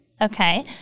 Okay